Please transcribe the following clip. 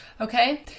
okay